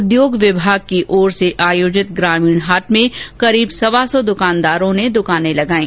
उद्योग विभाग की ओर से आयोजित ग्रामीण हाट में करीब सवा सौ दुकानदारों ने दुकानें लगाईं